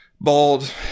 bald